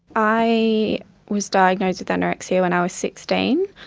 i was diagnosed with anorexia when i was sixteen.